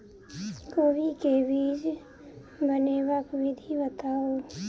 कोबी केँ बीज बनेबाक विधि बताऊ?